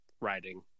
writing